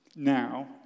Now